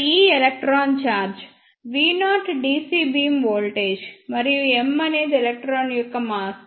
ఇక్కడ e electron charge V0 dc beam voltage మరియు m అనేది ఎలక్ట్రాన్ యొక్క మాస్